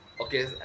okay